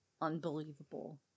unbelievable